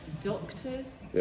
doctors